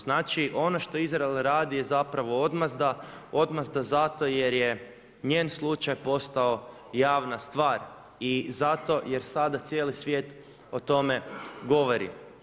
Znači ono što Izrael radi je zapravo odmazda, odmazda zato jer je njen slučaj postao javna stvar i zato jer sada cijeli svijet o tome govori.